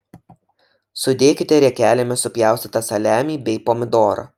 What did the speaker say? sudėkite riekelėmis supjaustytą saliamį bei pomidorą